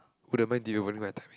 wouldn't mind did you my timing